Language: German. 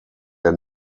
der